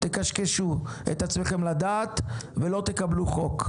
תקשקשו את עצמכם לדעת ולא תקבלו חוק.